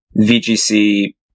VGC